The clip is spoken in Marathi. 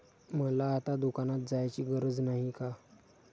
मला आता दुकानात जायची गरज नाही का?